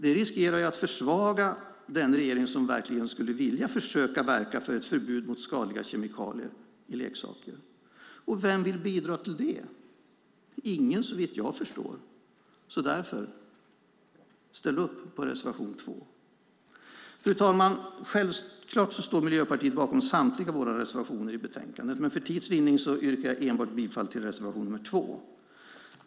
Det riskerar att försvaga den regering som verkligen skulle vilja försöka verka för ett förbud mot skadliga kemikalier i leksaker. Vem vill bidra till det? Ingen, såvitt jag förstår. Ställ därför upp på reservation nr 2! Fru talman! Självklart står Miljöpartiet bakom samtliga våra reservationer i betänkandet, men för tids vinnande så yrkar jag bifall enbart till reservation nr 2.